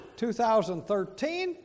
2013